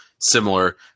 similar